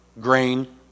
grain